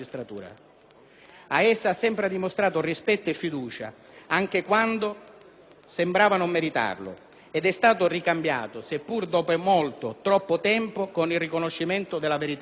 quale ha sempre dimostrato rispetto e fiducia, anche quando sembrava non meritarlo, ed è stato ricambiato - seppur dopo molto, troppo tempo - con il riconoscimento della verità dei fatti.